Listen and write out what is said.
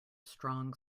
strong